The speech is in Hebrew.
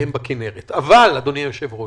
לאחרונה,